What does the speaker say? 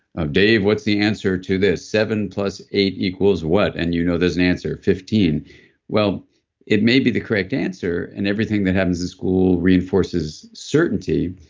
um dave, what's the answer to this? seven plus eight equals what? and you know there's an answer, fifteen point it may be the correct answer, and everything that happens in school reinforces certainty,